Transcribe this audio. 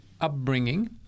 upbringing